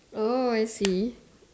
oh I see